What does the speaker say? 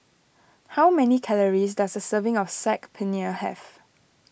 how many calories does a serving of Saag Paneer have